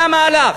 זה המהלך.